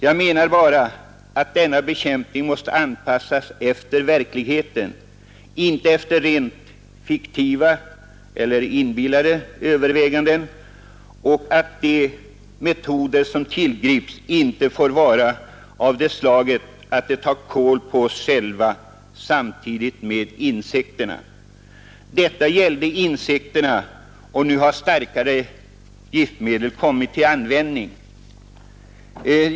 Jag menar bara att denna bekämpning måste anpassas efter verkligheten, inte efter rent fiktiva överväganden, och att de metoder som tillgrips inte får vara av det slaget att de tar kål på oss själva samtidigt med insekterna. Detta gällde insekterna, och nu har starkare giftmedel kommit till användning.